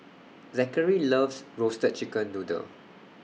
Zackery loves Roasted Chicken Noodle